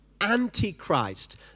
antichrist